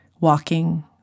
walking